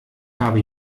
habe